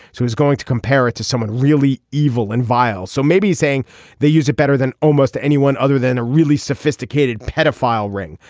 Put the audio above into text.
he's going to compare it to someone really evil and vile. so maybe saying they use it better than almost anyone other than a really sophisticated paedophile ring.